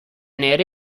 nere